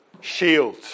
shield